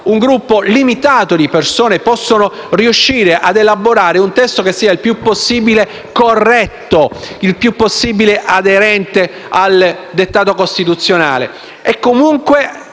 gruppo limitato di persone può riuscire a elaborare un testo che sia il più possibile corretto e aderente al dettato costituzionale. Comunque